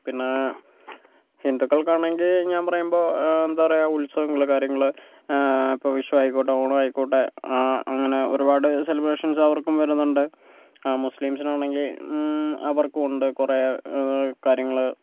പിന്നെ ഹിന്ദുക്കൾക്കാണെങ്കിൽ ഞാൻ പറയുമ്പോൾ എന്താ പറയുക ഉത്സവങ്ങള് കാര്യങ്ങള് ഇപ്പോൾ വിഷു ആയിക്കോട്ടെ ഓണം ആയിക്കോട്ടെ അങ്ങനെ ഒരുപാട് സെലിബ്രേഷൻസ് അവർക്കും വരുന്നുണ്ട് മുസ്ലിംസിനു ആണെങ്കിൽ അവർക്കും ഉണ്ട് കുറെ കാര്യങ്ങള് പിന്നെ